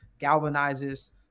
galvanizes